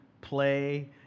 play